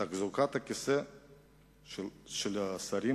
תחזוקת הכיסא של השרים